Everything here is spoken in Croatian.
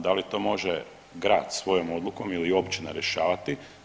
Da li to može grad svojom odlukom ili općina rješavati?